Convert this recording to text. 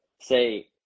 say